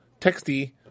texty